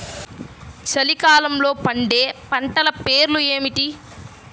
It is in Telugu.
చలికాలంలో పండే పంటల పేర్లు ఏమిటీ?